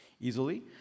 Easily